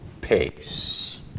pace